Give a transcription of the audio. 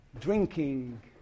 drinking